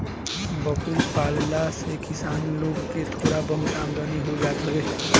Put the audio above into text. बकरी पालला से किसान लोग के थोड़ा बहुत आमदनी हो जात हवे